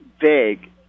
vague